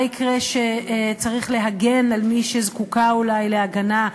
מה יקרה כשצריך להגן על מי שזקוקה אולי להגנה?